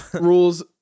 Rules